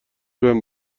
بهم